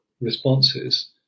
responses